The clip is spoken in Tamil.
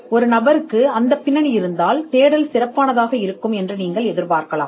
ஒரு நபருக்கு பின்னணி இருந்தால் அந்த நபரிடமிருந்து ஒரு சிறந்த தேடலை நீங்கள் எதிர்பார்க்கலாம்